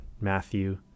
Matthew